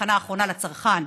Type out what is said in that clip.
בתחנה האחרונה לצרכן,